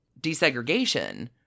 desegregation